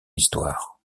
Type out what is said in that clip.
histoire